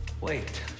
Wait